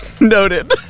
noted